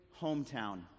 hometown